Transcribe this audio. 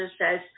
says